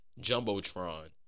jumbotron